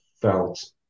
felt